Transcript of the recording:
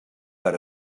per